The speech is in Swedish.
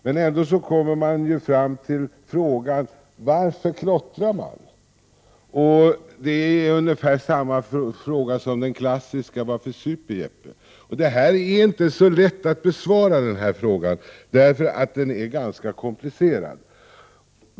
Men ändå uppstår frågan: Varför klottras det? Det är ungefär samma fråga som den klassiska: Varför super Jeppe? Det är inte så lätt att besvara frågan, för den är ganska komplicerad.